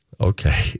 Okay